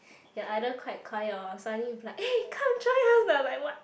they are either quite quiet or suddenly be like eh come join us I was like what